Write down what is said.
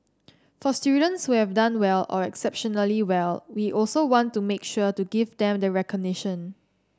for students who have done well or exceptionally well we also want to make sure to give them the recognition